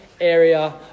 area